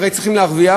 הרי צריכים להרוויח.